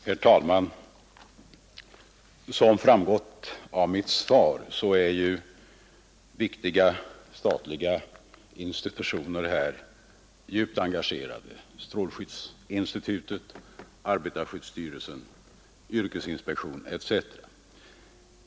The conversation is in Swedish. Herr talman! Som framgått av mitt svar är här viktiga statliga institutioner ju engagerade — strålskyddsinstitutet, arbetarskyddstyrelsen, yrkesinspektionen etc.